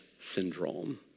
syndrome